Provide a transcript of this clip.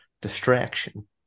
distraction